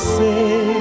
say